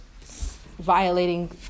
violating